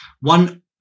one